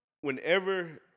whenever